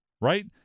right